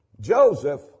Joseph